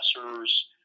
professors